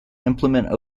implement